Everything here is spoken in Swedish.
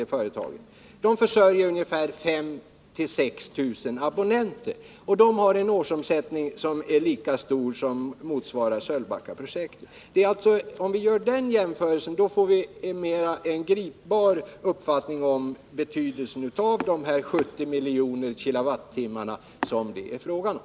Det företaget försörjer 5 000-6 000 abonnenter med ström och har en årsomsättning som motsvarar Sölvbackaprojektet. Om vi gör den jämförelsen får vi en mer gripbar uppfattning om betydelsen av de 70 miljoner kilowattimmar som det är fråga om.